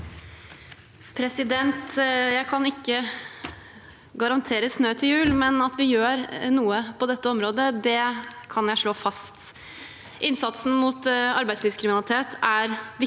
Jeg kan ikke ga- rantere snø til jul, men at vi gjør noe på dette området, det kan jeg slå fast. Innsatsen mot arbeidslivskriminalitet er viktig